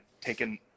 taken